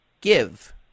give